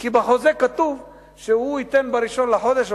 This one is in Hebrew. כי בחוזה כתוב שהוא ייתן ב-1 בחודש או